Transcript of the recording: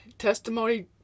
testimony